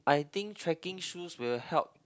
I think trekking shoes will help